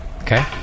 Okay